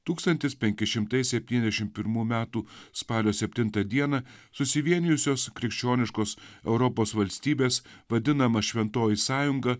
tūkstantis penki šimtai septyniasdešim pirmų metų spalio septintą dieną susivienijusios krikščioniškos europos valstybės vadinama šventoji sąjunga